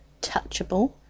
touchable